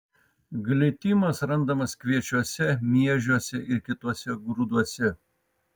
glitimas randamas kviečiuose miežiuose ir kituose grūduose